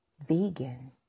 vegan